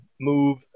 move